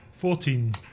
Fourteen